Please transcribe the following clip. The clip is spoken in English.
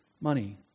money